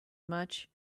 much